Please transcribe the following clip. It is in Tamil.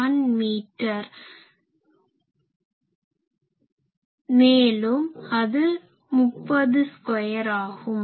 01 மீட்டர் மேலும் அது 30 ஸ்கொயர் ஆகும்